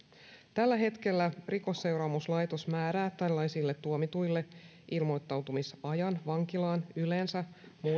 tällä hetkellä rikosseuraamuslaitos määrää tällaisille tuomituille ilmoittautumisajan vankilaan yleensä